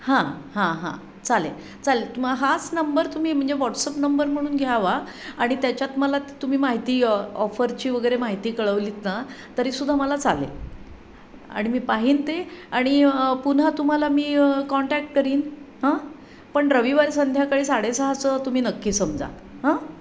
हां हां हां चालेल चालेल तुम्ही हाच नंबर तुम्ही म्हणजे व्हॉट्सअप नंबर म्हणून घ्यावा आणि त्याच्यात मला तुम्ही माहिती ऑफरची वगैरे माहिती कळवलीत ना तरीसुद्धा मला चालेल आणि मी पाहिन ते आणि पुन्हा तुम्हाला मी कॉन्टॅक्ट करीन हां पण रविवारी संध्याकाळी साडेसहाचं तुम्ही नक्की समजा